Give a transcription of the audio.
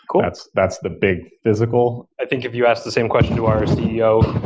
that's that's the big physical. i think if you ask the same question to our ceo,